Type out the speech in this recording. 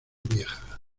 vieja